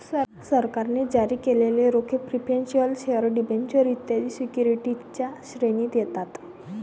सरकारने जारी केलेले रोखे प्रिफरेंशियल शेअर डिबेंचर्स इत्यादी सिक्युरिटीजच्या श्रेणीत येतात